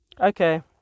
okay